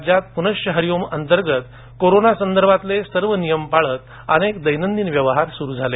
राज्यात पुनश्व हरिओम अंतर्गत कोरोना संदर्भातले सर्व नियम पाळत अनेक दैनंदिन व्यवहार सुरू झाले